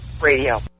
Radio